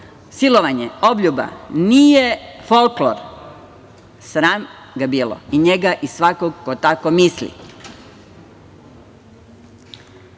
silovanje, obljuba nije folklor. Sram ga bilo, i njega i svakog ko tako misli! Na